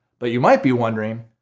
but you might be wondering,